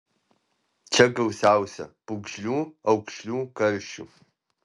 čia gausiausia pūgžlių aukšlių karšių